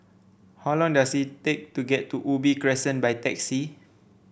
how long does it take to get to Ubi Crescent by taxi